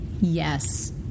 Yes